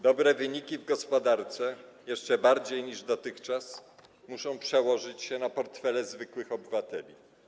Dobre wyniki w gospodarce jeszcze bardziej niż dotychczas muszą przełożyć się na portfele zwykłych obywateli.